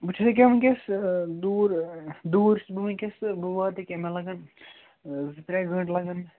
بہٕ چھُس یہِ کیٛاہ وُنکٮ۪س دوٗر دوٗر چھُس بہٕ وُنکٮ۪سہٕ بہٕ واتہٕ یہِ کیٛاہ مےٚ لَگَن زٕ ترٛےٚ گنٛٹہٕ لَگَن مےٚ